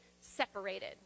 separated